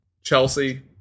Chelsea